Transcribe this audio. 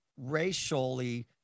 racially